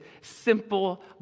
simple